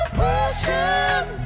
pushing